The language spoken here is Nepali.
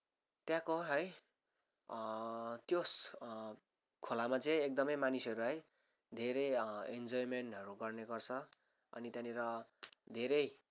त्यहाँको है त्यस खोलामा चाहिँ एकदमै मानिसहरू है धेरै इन्जयमेन्टहरू गर्ने गर्छ अनि त्यहाँनिर धेरै